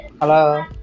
Hello